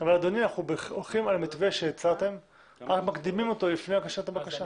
אבל אנחנו הולכים על מתווה שהצעתם אלא מקדימים אותו ללפני הגשת הבקשה.